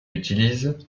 utilisent